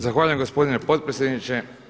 Zahvaljujem gospodine potpredsjedniče.